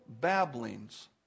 babblings